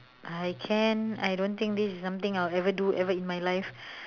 I can I don't think this is something I will ever do ever in my life